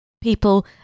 people